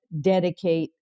dedicate